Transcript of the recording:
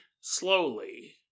slowly